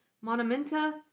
Monumenta